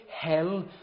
hell